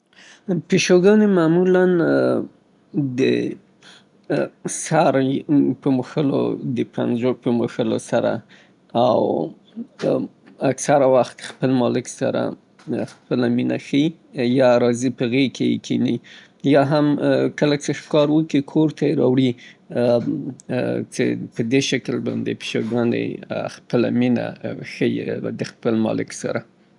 پيشوګانې معمولاً د سر په موښلو، د پنجو په موښلو سره، اکثره وخت خپل مالک سره مينه ښيي يا راځي په غېږ کې يې کيني. يا هم کله څې ښکار وکي، کور ته يې راوړي، څې په دې شکل پيشوګانې خپله مينه ښيي د خپل مالک سره.